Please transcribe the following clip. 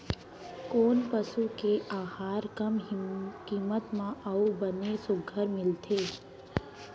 कोन पसु के आहार कम किम्मत म अऊ बने सुघ्घर मिलथे?